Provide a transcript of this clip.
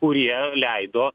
kurie leido